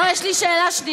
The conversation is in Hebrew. לא, יש לי שאלה שנייה.